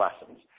lessons